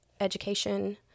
education